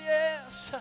Yes